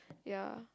ya